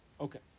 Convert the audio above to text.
Okay